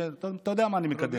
אתה יודע מה אני מקדם.